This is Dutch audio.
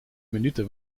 minuten